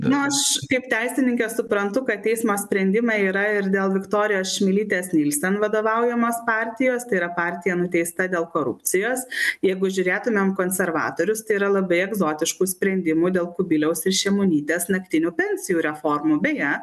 nu aš kaip teisininkės suprantu kad teismo sprendimai yra ir dėl viktorijos čmilytės nilsen vadovaujamos partijos tai yra partija nuteista dėl korupcijos jeigu žiūrėtumėm konservatorius tai yra labai egzotiškų sprendimų dėl kubiliaus šimonytės naktinių pensijų reformų beje